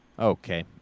Okay